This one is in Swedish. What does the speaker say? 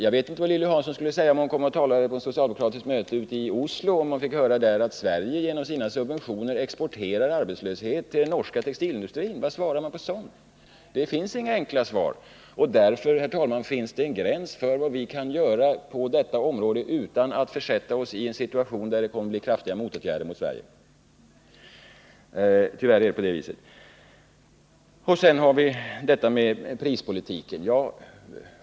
Jag vet inte vad Lilly Hansson skulle säga om hon kom till Oslo och talade på ett socialdemokratiskt möte och hon där fick höra att Sverige genom sina subventioner exporterar arbetslöshet till den norska textilindustrin. Vad svarar man på sådant? Det finns inga enkla svar, och därför finns det en gräns för vad vi kan göra på detta område utan att försätta oss i en situation där andra länder vidtar kraftiga motåtgärder mot Sverige. Så till frågan om prispolitiken.